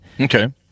okay